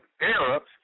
Arabs